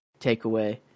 takeaway